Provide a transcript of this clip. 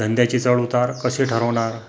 धंद्याची चढउतार कसे ठरवणार